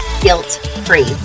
guilt-free